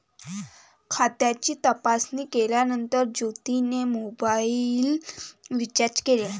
खात्याची तपासणी केल्यानंतर ज्योतीने मोबाइल रीचार्ज केले